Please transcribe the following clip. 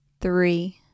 three